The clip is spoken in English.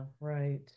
Right